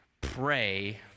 pray